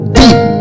deep